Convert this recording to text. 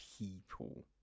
people